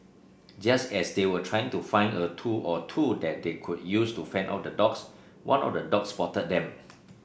just as they were trying to find a tool or two that they could use to fend off the dogs one of the dogs spotted them